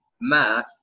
math